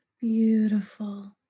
Beautiful